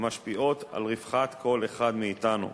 המשפיעות על רווחת כל אחד מאתנו.